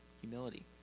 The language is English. Humility